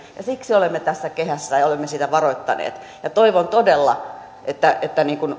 ja siksi olemme tässä kehässä ja olemme siitä varoittaneet toivon todella että että